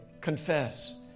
confess